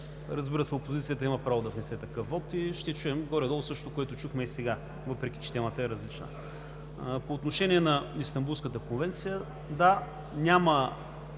Разбира се, опозицията има право да внесе такъв вот и ще чуем горе-долу същото, което чухме и сега, въпреки че темата е различна. По отношение на Истанбулската конвенция. Да, няма